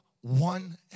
one